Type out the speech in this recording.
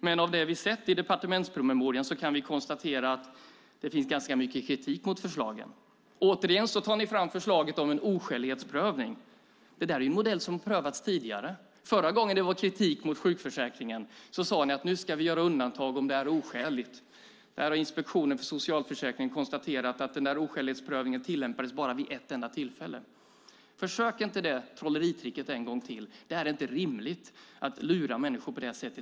Men av det vi har sett i departementspromemorian kan vi konstatera att det finns ganska mycket kritik mot förslagen. Återigen tar ni fram förslaget om en oskälighetsprövning. Det är ju en modell som har prövats tidigare. Förra gången det var kritik mot sjukförsäkringen sade ni att ni skulle göra undantag om det är oskäligt. Inspektionen för socialförsäkringen har konstaterat att oskälighetsprövningen bara tillämpades vid ett enda tillfälle. Försök inte det trolleritricket en gång till! Det är inte rimligt att lura människor på det sättet.